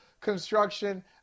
construction